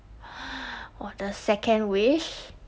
我的 second wish